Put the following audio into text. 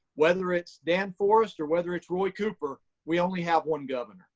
whether it's dan forest, or whether it's roy cooper, we only have one governor